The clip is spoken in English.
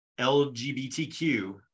LGBTQ